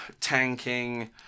tanking